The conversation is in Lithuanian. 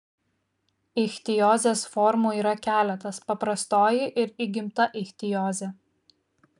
ichtiozės formų yra keletas paprastoji ir įgimta ichtiozė